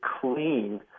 clean